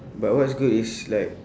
but what's good is like